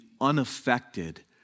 unaffected